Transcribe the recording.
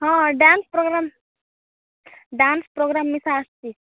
ହଁ dance programme dance programme ମିଶା ଆସିଛି